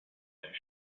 there